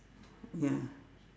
ya